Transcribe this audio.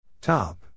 Top